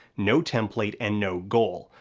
no template, and no goal.